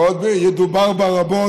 שעוד ידובר בה רבות,